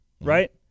right